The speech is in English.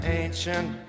ancient